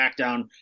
smackdown